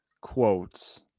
quotes